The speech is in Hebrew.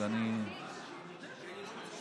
אני מציע ליואב קיש לעלות.